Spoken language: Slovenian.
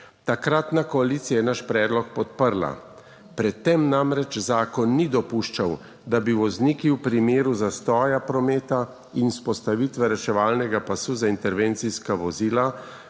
Takratna koalicija je naš predlog podprla. Pred tem namreč zakon ni dopuščal, da bi vozniki v primeru zastoja prometa in vzpostavitve reševalnega pasu za intervencijska vozila